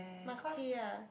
must pay ah